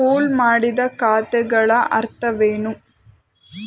Pool ಮಾಡಿದ ಖಾತೆಗಳ ಅರ್ಥವೇನು?